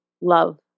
love